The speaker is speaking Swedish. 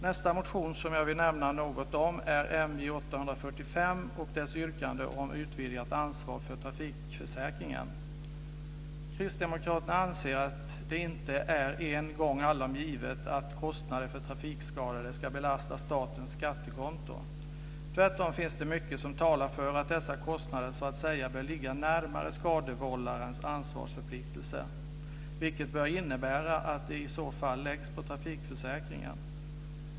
Nästa motion jag vill nämna något är MJ845 och yrkandet om utvidgat ansvar för trafikförsäkringen. Kristdemokraterna anser att det inte är en gång allom givet att kostnader för trafikskadade ska belasta statens skattekonto. Tvärtom finns det mycket som talar för att dessa kostnader bör ligga närmare skadevållarens ansvarsförpliktelse, vilket bör innebära att de i så fall läggs på trafikförsäkringen.